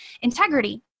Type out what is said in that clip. integrity